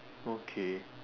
okay